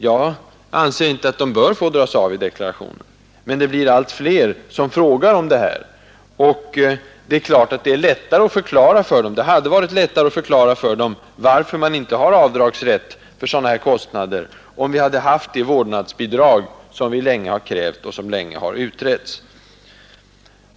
Jag anser inte att de bör få dras av, men det blir allt fler som frågar om det här, och det är klart att det hade varit lättare att förklara för dem varför de inte har avdragsrätt om man hade haft det vårdnadsbidrag som vi länge krävt och som länge har utretts.